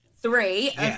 three